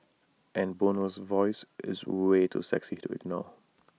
and Bono's voice is way too sexy to ignore